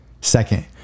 Second